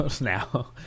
now